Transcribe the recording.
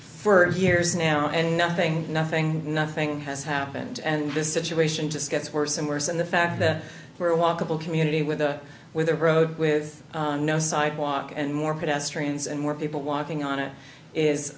for years now and nothing nothing nothing has happened and this situation just gets worse and worse and the fact that we're walkable community with a with a road with no sidewalk and more pedestrians and more people walking on it